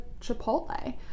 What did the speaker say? Chipotle